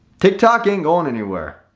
tick talking going anywhere.